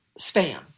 spam